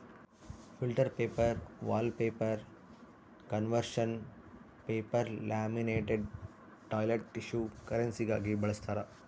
filter paper wallpaper conservation paper laminated toilet tissue ಕರೆನ್ಸಿಗಾಗಿ ಬಳಸ್ತಾರ